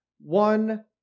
one